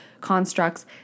constructs